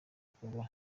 bikorwa